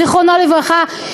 זיכרונו לברכה,